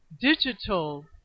digital